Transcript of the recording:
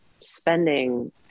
spending